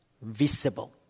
visible